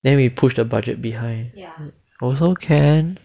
then we pushed a budget behind also can